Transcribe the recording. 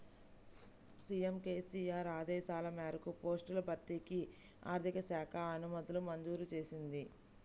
CM KCR ఆదేశాల మేరకు పోస్టుల భర్తీకి ఆర్థిక శాఖ అనుమతులు మంజూరు చేసింది